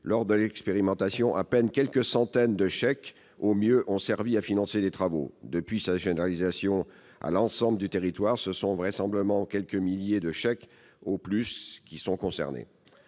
lors de l'expérimentation, à peine quelques centaines de chèques, au mieux, ont servi à financer des travaux. Depuis sa généralisation à l'ensemble du territoire, ce sont vraisemblablement quelques milliers de chèques au plus qui sont concernés.